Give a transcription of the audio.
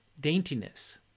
daintiness